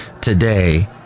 today